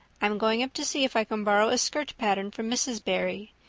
i'm going up to see if i can borrow a skirt pattern from mrs. barry,